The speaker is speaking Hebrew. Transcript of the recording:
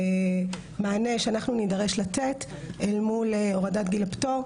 ומענה שאנחנו נידרש לתת אל מול הורדת גיל הפטור.